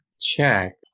check